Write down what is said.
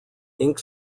ink